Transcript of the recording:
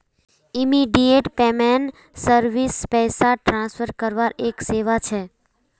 immediate payment service पैसा transfer करवार एक सेवा छ